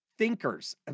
thinkers